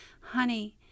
honey